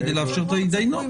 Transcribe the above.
כדי לאפשר את ההתדיינות.